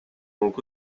donc